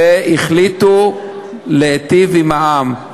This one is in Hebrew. והחליטו להיטיב עם העם,